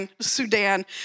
Sudan